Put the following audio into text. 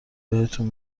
بهتون